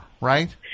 right